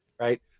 right